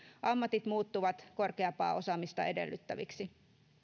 ammatit muuttuvat korkeampaa osaamista edellyttäviksi